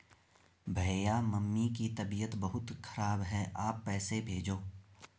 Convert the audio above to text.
भैया मम्मी की तबीयत बहुत खराब है आप पैसे भेजो